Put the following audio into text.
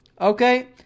Okay